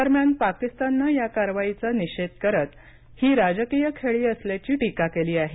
दरम्यान पाकिस्ताननं या कारवाईचा निषेध करत ही राजकीय खेळी असल्याची टीका केली आहे